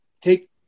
take